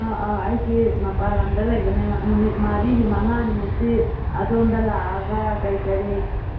ꯑꯥ ꯑꯥ ꯑꯩꯁꯤ ꯃꯄꯥꯟ ꯂꯝꯗ ꯂꯩꯕꯅꯤ ꯅꯨꯃꯤꯠ ꯃꯔꯤꯅꯤ ꯃꯉꯥꯅꯤꯃꯨꯛꯇꯤ ꯑꯗꯣꯝꯗ ꯂꯥꯛꯑꯒ ꯀꯔꯤ ꯀꯔꯤ